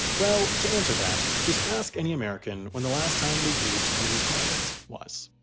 well, to answer that, just ask any american when the last time they used one of these coins was.